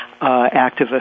activist